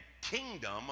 kingdom